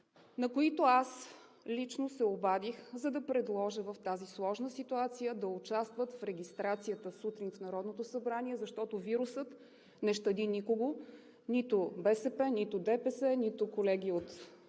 на които аз лично се обадих, за да предложа в тази сложна ситуация да участват в регистрацията сутрин в Народното събрание, защото вирусът не щади никого – нито БСП, нито ДПС, нито колегите